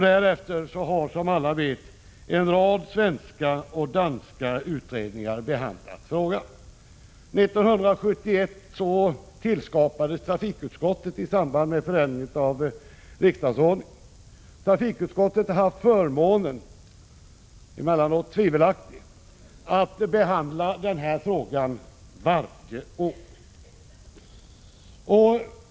Därefter har, som alla vet, en rad svenska och danska utredningar behandlat frågan. 1971 tillskapades trafikutskottet i samband med förändringen av riksdagsordningen. Trafikutskottet har haft förmånen — emellanåt tvivelaktig — att behandla den här frågan varje år.